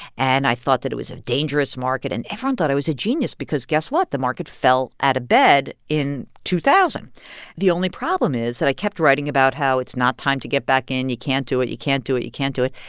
and i thought that it was a dangerous market. and everyone thought i was a genius because guess what? the market fell out of bed in two thousand point the only problem is that i kept writing about how it's not time to get back in. you can't do it. you can't do it you can't do it.